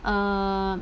err